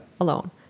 Alone